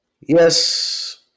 Yes